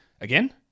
Again